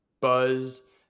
buzz